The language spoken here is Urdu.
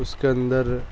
اس کے اندر